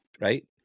right